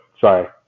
sorry